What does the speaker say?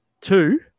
two